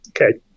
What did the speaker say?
Okay